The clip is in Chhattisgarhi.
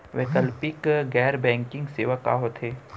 वैकल्पिक गैर बैंकिंग सेवा का होथे?